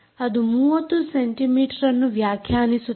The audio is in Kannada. ಅದು 30 ಸೆಂಟಿ ಮೀಟರ್ ಅನ್ನು ವ್ಯಾಖ್ಯಾನಿಸುತ್ತದೆ